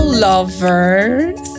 Lovers